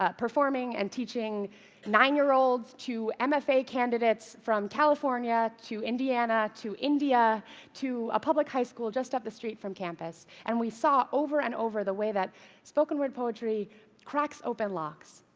performing and teaching nine-year-olds to mfa candidates, from california to indiana to india to a public high school just up the street from campus. and we saw over and over the way that spoken-word poetry cracks open locks.